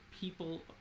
people